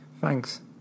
thanks